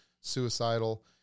suicidal